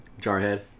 Jarhead